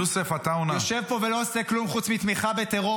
יושב פה ולא עושה כלום חוץ מתמיכה בטרור,